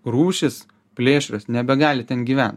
rūšys plėšrios nebegali ten gyvent